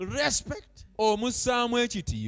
respect